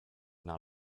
not